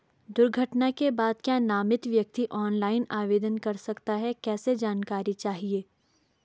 दुर्घटना के बाद क्या नामित व्यक्ति ऑनलाइन आवेदन कर सकता है कैसे जानकारी चाहिए?